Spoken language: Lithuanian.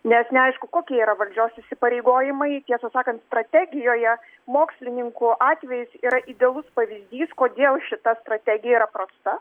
nes neaišku kokie yra valdžios įsipareigojimai tiesą sakant strategijoje mokslininkų atvejis yra idealus pavyzdys kodėl šita strategija yra prasta